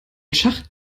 schacht